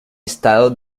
estado